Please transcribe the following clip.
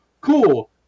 Cool